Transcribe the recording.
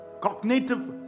cognitive